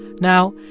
now,